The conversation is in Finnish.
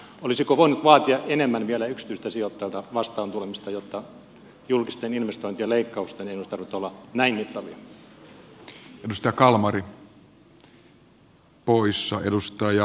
olisiko voinut vaatia enemmän vielä yksityisiltä sijoittajilta vastaantulemista jotta julkisten investointien leikkausten ei olisi tarvinnut olla näin mittavia